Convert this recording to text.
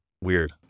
Weird